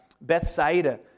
Bethsaida